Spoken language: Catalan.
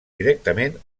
directament